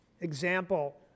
example